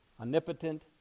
omnipotent